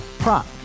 Prop